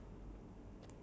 which is good lah